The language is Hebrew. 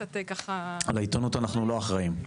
על העיתונות אנחנו לא אחראים,